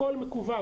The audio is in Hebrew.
הכול מקוון,